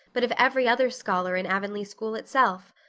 but of every other scholar in avonlea school itself.